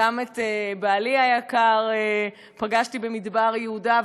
גם את בעלי היקר פגשתי במדבר יהודה,